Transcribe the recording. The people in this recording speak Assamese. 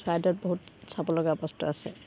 চৰাইদেউত বহুত চাবলগা বস্তু আছে